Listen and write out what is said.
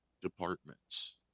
departments